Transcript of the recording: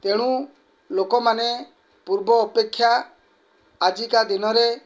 ତେଣୁ ଲୋକମାନେ ପୂର୍ବ ଅପେକ୍ଷା ଆଜିକା ଦିନରେ